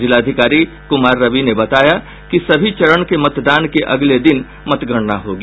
जिलाधिकारी कुमार रवि ने बताया कि सभी चरण के मतदान के अगले दिन मतगणना होगी